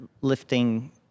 lifting